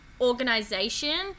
organization